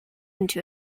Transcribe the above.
into